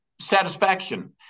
satisfaction